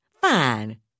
Fine